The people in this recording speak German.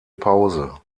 pause